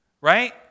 right